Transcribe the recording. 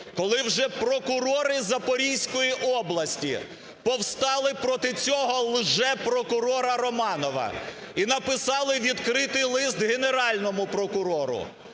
коли вже прокурори Запорізької області повстали проти цього лжепрокурора Романова і написали відкритий лист Генеральному прокурору.